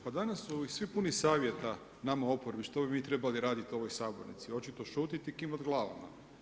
Pa danas su svi puni savjeta nama u oporbi što bi mi trebali raditi u ovoj sabornici, očito šutjeti i klimati glavama.